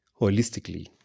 holistically